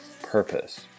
purpose